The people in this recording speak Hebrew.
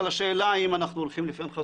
על השאלות אם אנחנו הולכים לפי הנחיות